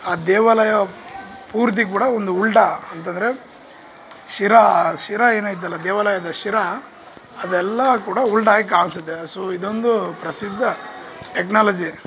ಆ ದೇವಾಲಯ ಪೂರ್ತಿ ಕೂಡ ಒಂದು ಉಲ್ಟಾ ಅಂತಂದ್ರೆ ಶಿರ ಶಿರಯೇನೈತಲ ದೇವಾಲಯದ ಶಿರ ಅದೆಲ್ಲ ಕೂಡ ಉಲ್ಟಾ ಆಗಿ ಕಾಣಿಸುತ್ತೆ ಸೋ ಇದೊಂದು ಪ್ರಸಿದ್ಧ ಟೆಕ್ನಾಲಜಿ